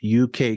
UK